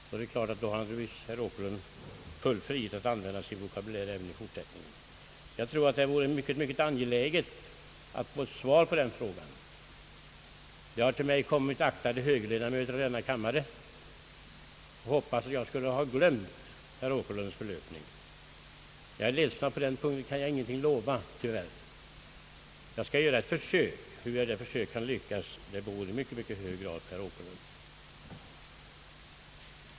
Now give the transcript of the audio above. Då är det klart att då har herr Åkerlund full frihet att använda sin vokabulär även i fortsättningen. Jag tror att det vore mycket angeläget att få svar på dessa frågor. Det har till mig kommit aktade högerledamöter i denna kammare och sagt att de hoppas att jag glömt herr Åkerlunds förlöpning. Jag är ledsen att jag inte kan lova något på den punkten. Jag skall göra ett försök. Hur det försöket skall lyckas, det beror i mycket hög grad på herr Åkerlund.